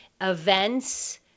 events